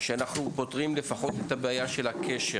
כשאנחנו פותרים לפחות את הבעיה של יצירת הקשר